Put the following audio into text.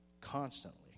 constantly